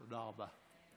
תודה רבה.